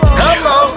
hello